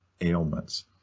ailments